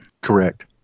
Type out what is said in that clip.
Correct